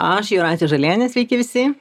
aš jūratė žalienė sveiki visi